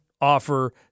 offer